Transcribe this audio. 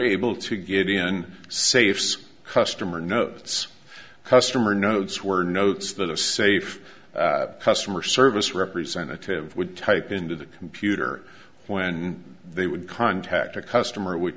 able to get in safes customer notes customer notes were notes that a safe customer service representative would type into the computer when they would contact a customer would